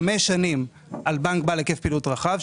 חמש שנים על בנק בעל היקף פעילות רחב,